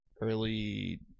early